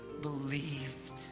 believed